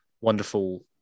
wonderful